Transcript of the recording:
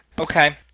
Okay